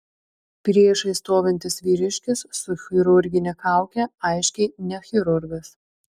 priešais stovintis vyriškis su chirurgine kauke aiškiai ne chirurgas